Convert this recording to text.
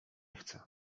chcę